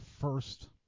first